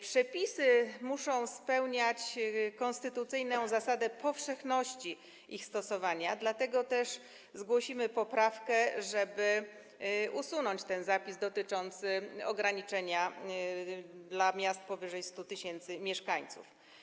Przepisy muszą spełniać konstytucyjną zasadę powszechności ich stosowania, dlatego też zgłosimy poprawkę, żeby usunąć ten zapis dotyczący ograniczenia dla miast powyżej 100 tys. mieszkańców.